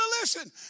listen